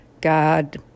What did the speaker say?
God